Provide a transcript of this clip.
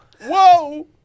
Whoa